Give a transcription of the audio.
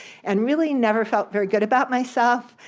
and really never felt very good about myself,